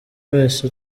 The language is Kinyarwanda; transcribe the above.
wese